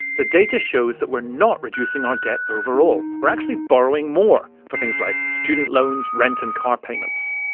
the data shows that we're not reducing our debt overall. we're actually borrowing more for things like student loans, rent and car payments.